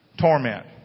Torment